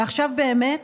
ועכשיו, באמת,